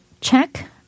check